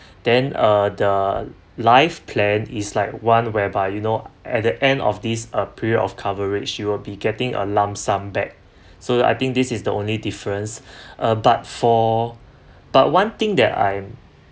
then uh the life plan is like one whereby you know at the end of this a period of coverage you'll be getting a lump sum back so I think this is the only difference uh but for but one thing that I'm